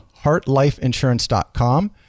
heartlifeinsurance.com